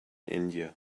india